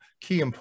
key